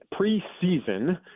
preseason